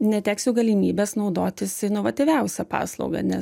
neteksiu galimybės naudotis inovatyviausia paslauga nes